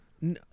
No